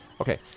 Okay